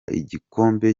igikombe